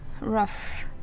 rough